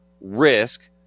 risk